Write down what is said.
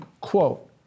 Quote